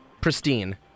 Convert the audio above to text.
Pristine